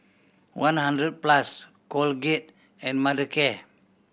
one Hundred Plus Colgate and Mothercare